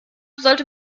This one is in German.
sollte